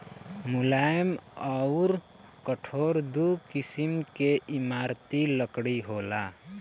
मुलायम अउर कठोर दू किसिम के इमारती लकड़ी होला